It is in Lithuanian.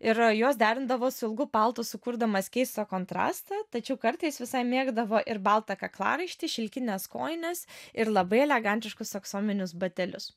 ir juos derindavo su ilgu paltu sukurdamas keistą kontrastą tačiau kartais visai mėgdavo ir baltą kaklaraištį šilkines kojines ir labai elegantiškus aksominius batelius